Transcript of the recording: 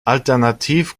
alternativ